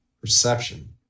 Perception